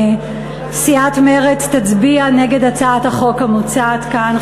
סיעת מרצ תצביע נגד הצעת החוק המוצעת כאן,